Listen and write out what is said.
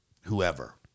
whoever